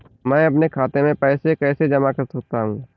मैं अपने खाते में पैसे कैसे जमा कर सकता हूँ?